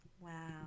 Wow